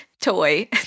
toy